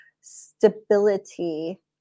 stability